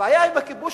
הבעיה עם הכיבוש,